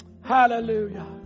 Hallelujah